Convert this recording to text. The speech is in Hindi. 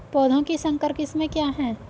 पौधों की संकर किस्में क्या हैं?